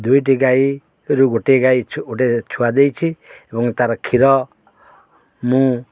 ଦୁଇଟି ଗାଈରୁ ଗୋଟିଏ ଗାଈ ଗୋଟେ ଛୁଆ ଦେଇଛି ଏବଂ ତା'ର କ୍ଷୀର ମୁଁ